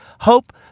Hope